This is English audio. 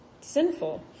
Sinful